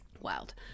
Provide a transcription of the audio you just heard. Wild